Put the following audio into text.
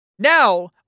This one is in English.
Now